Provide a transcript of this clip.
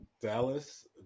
Dallas